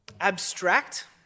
abstract